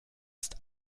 ist